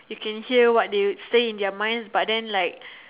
you can hear what they say in their minds but then like